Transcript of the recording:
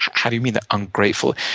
how do you mean, they're ungrateful?